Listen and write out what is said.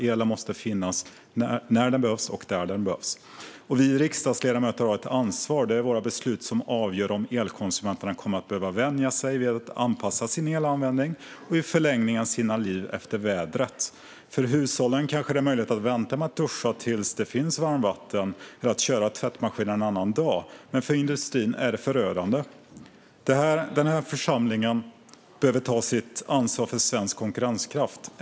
Elen måste finnas när den behövs och där den behövs. Vi riksdagsledamöter har ett ansvar. Det är våra beslut som avgör om elkonsumenterna kommer att behöva vänja sig vid att anpassa sin elanvändning, och i förlängningen sina liv, efter vädret. För hushållen kanske det är möjligt att vänta med att duscha tills det finns varmvatten eller att köra tvättmaskinen en annan dag, men för industrin är det förödande. Den här församlingen behöver ta sitt ansvar för svensk konkurrenskraft.